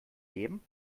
dem